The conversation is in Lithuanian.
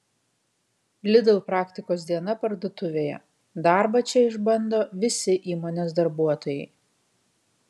lidl praktikos diena parduotuvėje darbą čia išbando visi įmonės darbuotojai